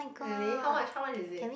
really how much how much is it